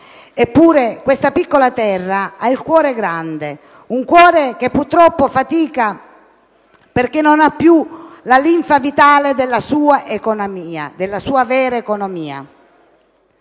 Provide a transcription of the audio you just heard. Eppure questa piccola terra ha il cuore grande, un cuore che purtroppo fatica, perché non ha più la linfa vitale della sua economia, della sua vera economia,